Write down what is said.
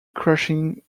crushing